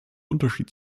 unterschied